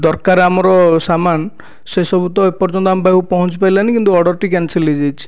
ଦରକାର ଆମର ସାମାନ ସେସବୁ ତ ଏପର୍ଯ୍ୟନ୍ତ ଆମ ପାଖକୁ ପହଞ୍ଚି ପାରିଲାନାହିଁ କିନ୍ତୁ ଅର୍ଡ଼ରଟି କ୍ୟାନସଲ ହୋଇଯାଇଛି